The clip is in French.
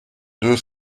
deux